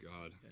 God